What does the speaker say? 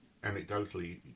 anecdotally